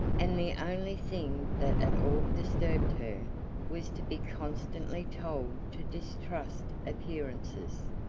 and the only thing that at all disturbed her was to be constantly told to distrust appearances,